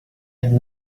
had